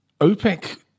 OPEC